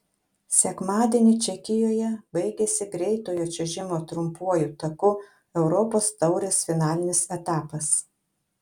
sekmadienį čekijoje baigėsi greitojo čiuožimo trumpuoju taku europos taurės finalinis etapas